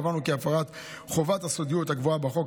קבענו כי הפרת חובת הסודיות הקבועה בחוק